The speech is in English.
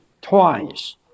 twice